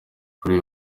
kuri